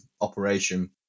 operation